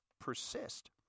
persist